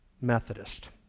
Methodist